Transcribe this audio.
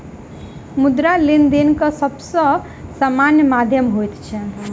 मुद्रा, लेनदेनक सब सॅ सामान्य माध्यम होइत अछि